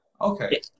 okay